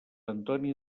antoni